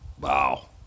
Wow